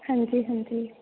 ਹਾਂਜੀ ਹਾਂਜੀ